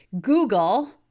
Google